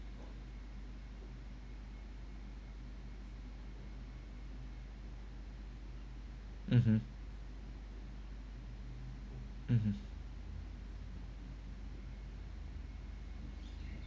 mmhmm mmhmm